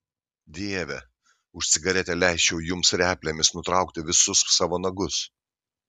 dieve už cigaretę leisčiau jums replėmis nutraukti visus savo nagus